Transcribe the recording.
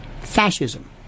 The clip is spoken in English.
fascism